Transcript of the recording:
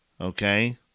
Okay